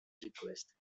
request